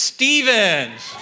Stevens